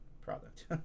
product